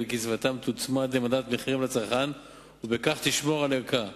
וקצבתם תוצמד למדד המחירים לצרכן ובכך תשמור על ערכה.